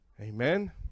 Amen